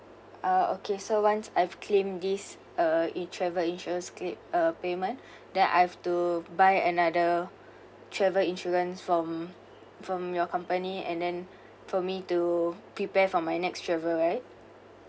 ah okay so once I've claimed this uh in travel insurance claim uh payment that I've to buy another travel insurance from from your company and then for me to prepare for my next travel right